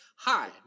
Hi